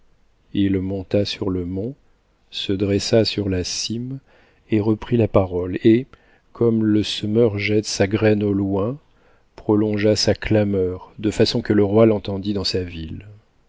il monta sur le mont se dressa sur la cime et reprit la parole et comme le semeur jette sa graine au loin prolongea sa clameur de façon que le roi l'entendit dans sa ville